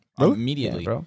immediately